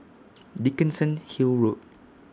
Dickenson Hill Road